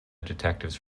detectives